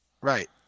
right